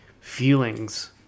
feelings